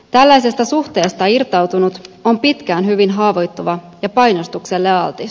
tällaisesta suhteesta irtautunut on pitkään hyvin haavoittuva ja painostukselle altis